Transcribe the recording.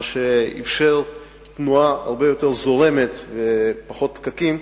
מה שאפשר תנועה הרבה יותר זורמת ופחות פקקים,